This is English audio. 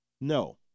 No